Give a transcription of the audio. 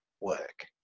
work